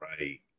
right